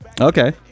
Okay